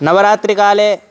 नवरात्रिकाले